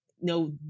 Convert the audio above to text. no